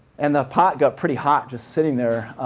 and the pot got pretty hot just sitting there.